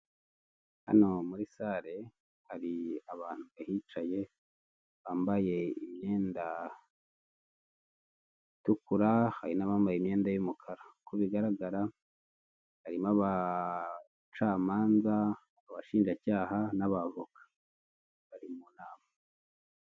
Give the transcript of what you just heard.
Hano aho muri salle hari abantu bahicaye bambaye imyenda itukura hari n'abambaye imyenda y'umukara. Uko bigaragara harimo abacamanza, abashinjacyaha n'abavoka bari mu nama.